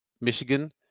Michigan